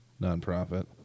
nonprofit